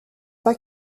pas